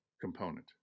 component